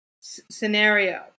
scenario